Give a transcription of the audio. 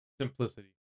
Simplicity